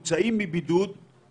מהמספרים הידועים לנו בשבועיים הראשונים,